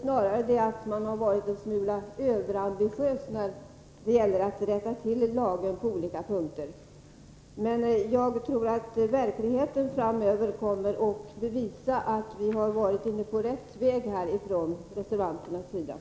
snarare att man varit en smula överambitiös när det gäller att rätta till lagen på olika punkter. Men verkligheten framöver kommer troligen att visa att vi från reservanternas sida har varit inne på rätt väg.